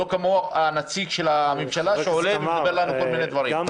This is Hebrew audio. לא כמו נציג הממשלה שעולה ומדבר על כל מיני דברים.